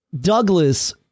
Douglas